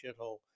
shithole